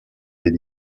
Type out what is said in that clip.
des